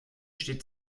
steht